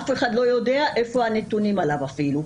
אף אחד לא יודע איפה הנתונים עליו אפילו,